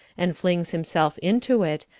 and flings himself into it,